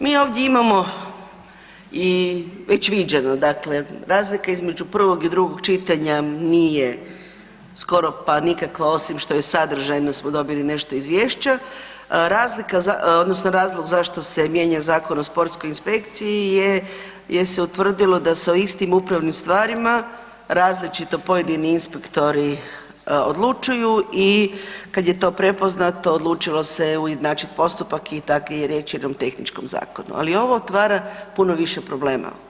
Mi ovdje imamo i već viđeno, dakle razlika između prvog i drugog čitanja nije skoro pa nikakva osim što sadržajno smo dobili nešto izvješća, razlog zašto se mijenja Zakon o sportskoj inspekciji je jer se utvrdilo da se o istim upravnim stvarima različito pojedini inspektori odlučuju i kad je to prepoznato odlučilo se ujednačit postupak i tako je i riječ o jednom tehničkom zakonu, ali ovo otvara puno više problema.